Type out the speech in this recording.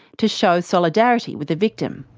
to show solidarity with the victim.